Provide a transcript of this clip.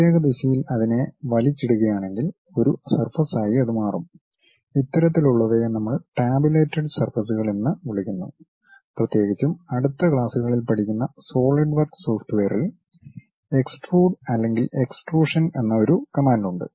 പ്രത്യേക ദിശയിൽ അതിനെ വലിച്ചിടുകയാണെങ്കിൽ ഒരു സർഫസായി അത് മാറും ഇത്തരത്തിലുള്ളവയെ നമ്മൾ ടാബുലേറ്റഡ് സർഫസ്കൾ എന്ന് വിളിക്കുന്നു പ്രത്യേകിച്ചും അടുത്ത ക്ലാസുകളിൽ പഠിക്കുന്ന സോളിഡ് വർക്ക്സ് സോഫ്റ്റ്വെയറിൽ എക്സ്ട്രൂഡ് അല്ലെങ്കിൽ എക്സ്ട്രൂഷൻ എന്ന ഒരു കമാൻഡ് ഉണ്ട്